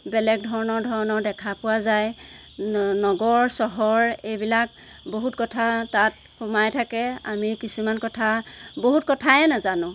বেলেগ ধৰণৰ ধৰণৰ দেখা পোৱা যায় নগৰ চহৰ এইবিলাক বহুত কথা তাত সোমাই থাকে আমি কিছুমান কথা বহুত কথাই নাজানোঁ